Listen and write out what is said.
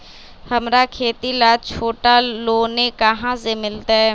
हमरा खेती ला छोटा लोने कहाँ से मिलतै?